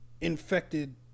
infected